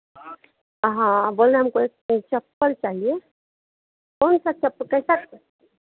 हाँ बोले हमको एक ई चप्पल चाहिए कौन सा चप् कैसा चप्